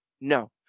No